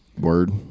Word